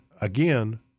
again